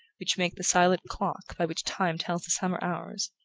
which makes the silent clock by which time tells the summer hours,